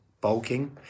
bulking